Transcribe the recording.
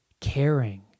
caring